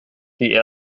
die